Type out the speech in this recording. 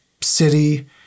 city